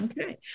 Okay